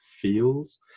feels